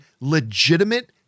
legitimate